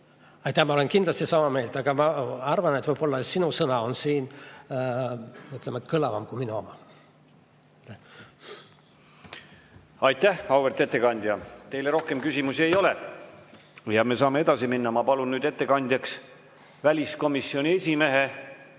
Aitäh! Ma olen kindlasti sama meelt, aga ma arvan, et võib-olla sinu sõna kõlab siin rohkem kui minu oma. Aitäh, auväärt ettekandja! Teile rohkem küsimusi ei ole. Me saame edasi minna. Ma palun nüüd ettekandjaks väliskomisjoni esimehe